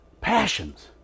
passions